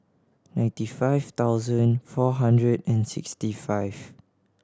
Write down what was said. ninety five thousand four hundred and sixty five